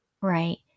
Right